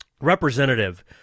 representative